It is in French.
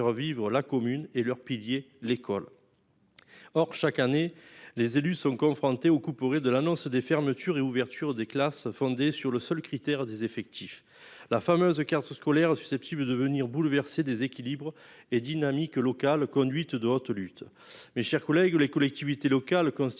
la commune et leur pilier l'école. Or, chaque année, les élus sont confrontés aux coupures et de l'annonce des fermetures et ouvertures des classes fondée sur le seul critère des effectifs, la fameuse carte scolaire susceptibles de venir bouleverser des équilibres et dynamique locales conduite de haute lutte. Mes chers collègues. Les collectivités locales. Après l'état